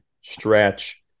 stretch